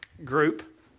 Group